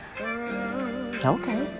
Okay